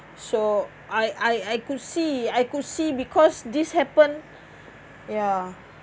so I I I could see I could see because this happen ya